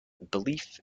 belief